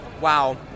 Wow